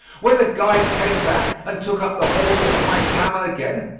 when the guide came back and took up the halter of my camel again,